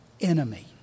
enemy